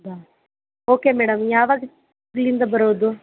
the okay madam ಯಾವಾಗ ದಿಲ್ಲಿಂದ ಬರೋದು